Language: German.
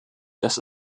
das